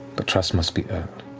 but trust must be earned.